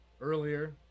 earlier